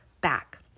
back